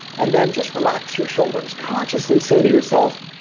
and then just relax your shoulders. consciously say to yourself,